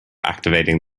activating